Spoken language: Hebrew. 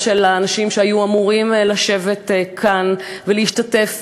גם של האנשים שהיו אמורים לשבת כאן ולהשתתף